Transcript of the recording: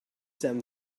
them